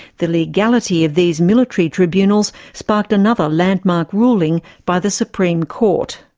the legality of these military tribunals sparked another landmark ruling by the supreme court.